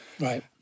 Right